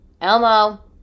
Elmo